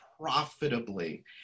profitably